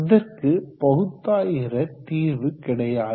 இதற்கு பகுத்தாய்கிற தீர்வு கிடையாது